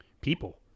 people